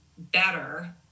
better